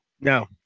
No